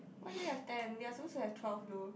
why do you have ten we are suppose to have twelve though